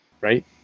right